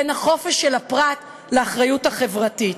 בין החופש של הפרט לאחריות החברתית?